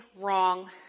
wrong